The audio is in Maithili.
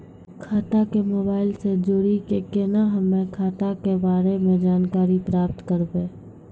खाता के मोबाइल से जोड़ी के केना हम्मय खाता के बारे मे जानकारी प्राप्त करबे?